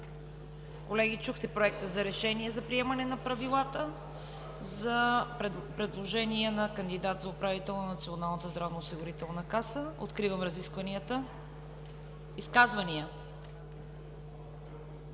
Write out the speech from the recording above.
Колеги, чухте Проекта за решение за приемане на правилата за предложения за кандидат за управител на Националната здравноосигурителна каса. Откривам разискванията. Изказвания?